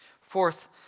Fourth